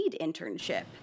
internship